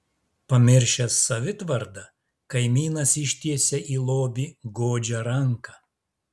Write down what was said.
pamiršęs savitvardą kaimynas ištiesia į lobį godžią ranką